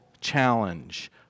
challenge